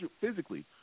physically